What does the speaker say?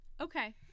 Okay